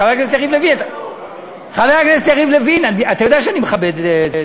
חבר הכנסת יריב לוין, אתה, גם